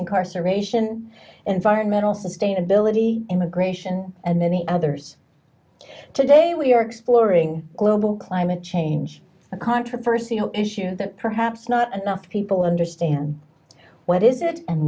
incarceration environmental sustainability immigration and many others today we are exploring global climate change a controversy zero issue that perhaps not enough people understand what is it and